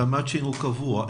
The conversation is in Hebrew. המטצי'נג הוא קבוע,